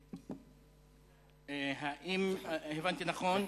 אם הבנתי נכון,